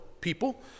people